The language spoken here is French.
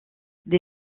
des